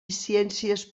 ciències